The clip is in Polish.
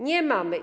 Nie mamy.